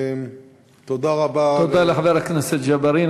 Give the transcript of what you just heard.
תודה לחבר הכנסת ג'בארין.